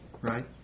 right